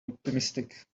optimistic